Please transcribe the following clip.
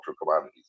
commodities